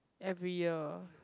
every year